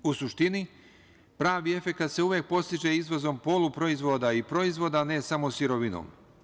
U suštini, pravi efekat se podstiče izvozom poluproizvoda i proizvoda, a ne samo sirovinom.